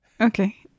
Okay